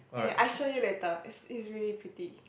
yeah yeah I show you later it's it's really pretty